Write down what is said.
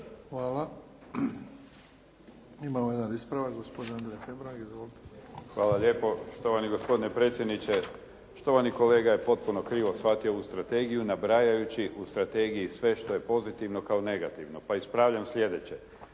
Hvala. Imamo jedan ispravak, gospodin Andrija Hebrang. Izvolite. **Hebrang, Andrija (HDZ)** Hvala lijepo. Štovani gospodine predsjedniče. Štovani kolega je potpuno krivo shvatio ovu strategiju nabrajajući u strategiji sve što je pozitivno kao negativno. Pa ispravljam sljedeće.